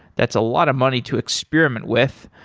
that's a lot of money to experiment with.